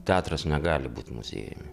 teatras negali būt muziejumi